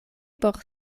por